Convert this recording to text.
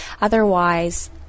otherwise